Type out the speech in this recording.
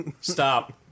Stop